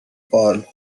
fault